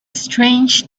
strange